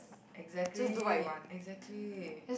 exactly